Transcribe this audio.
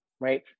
right